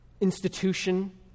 institution